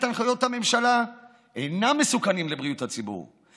הנחיות הממשלה אינן מסוכנות לבריאות הציבור,